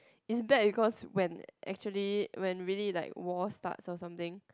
it's bad because when actually when really like war starts or something